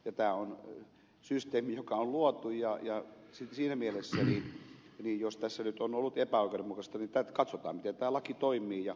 tämä on systeemi joka on luotu ja siinä mielessä jos tässä nyt on ollut epäoikeudenmukaisuutta niin katsotaan miten tämä laki toimii ja mennään sitten eteenpäin